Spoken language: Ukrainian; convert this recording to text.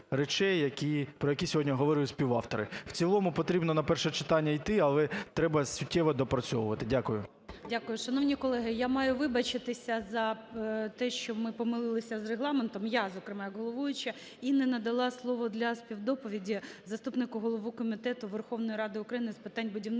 про які сьогодні говорили співавтори. В цілому потрібно на перше читання йти, але треба суттєво доопрацьовувати. Дякую. ГОЛОВУЮЧИЙ. Дякую. Шановні колеги, я маю вибачитися за те, що ми помилися з Регламентом, я, зокрема, як головуюча і не надала слово для співдоповіді заступнику голови Комітету Верховної Ради України з питань будівництва,